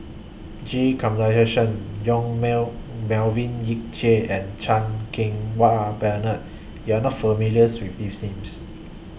G Kandasamy Yong Mell Melvin Yik Chye and Chan Keng Wah Bernard YOU Are not familiars with These Names